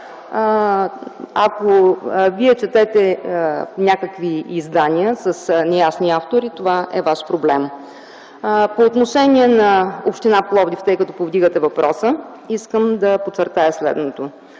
Ако Вие четете някакви издания с неясни автори, това е Ваш проблем. По отношение на община Пловдив, тъй като повдигате въпроса, искам да подчертая следното.